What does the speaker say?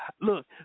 look